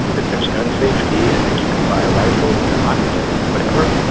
that there's gun safety and then you can buy a rifle to hunt and whatever,